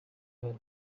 well